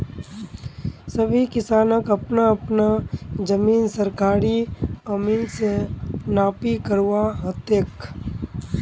सभी किसानक अपना अपना जमीन सरकारी अमीन स नापी करवा ह तेक